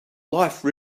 life